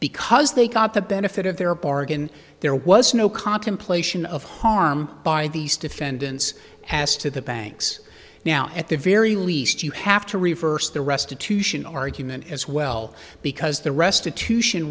because they got the benefit of their bargain there was no contemplation of harm by these defendants as to the banks now at the very least you have to reverse the restitution argument as well because the restitution